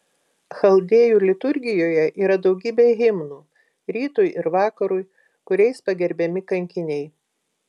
chaldėjų liturgijoje yra daugybė himnų rytui ir vakarui kuriais pagerbiami kankiniai